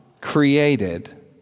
created